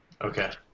Okay